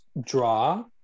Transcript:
draw